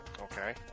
Okay